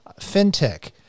Fintech